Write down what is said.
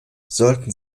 sollten